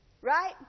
Right